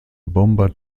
bomber